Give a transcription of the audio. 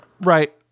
Right